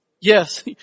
Yes